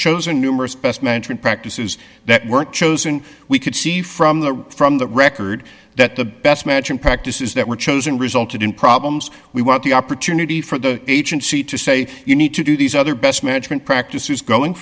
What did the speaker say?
chosen numerous best management practices that were chosen we could see from the from the record that the best matching practices that were chosen resulted in problems we want the opportunity for the agency to say you need to do these other best management practices going